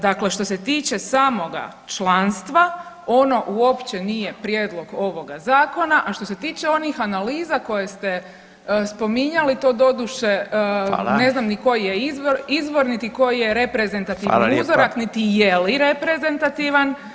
Dakle, što se tiče samoga članstva ono uopće nije prijedlog ovoga Zakona, a što se tiče onih analiza koje ste spominjali to doduše ne znam ni koji je izvor, niti koji je reprezentativni uzorak, niti je li reprezentativan.